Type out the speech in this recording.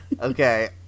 okay